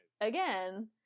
again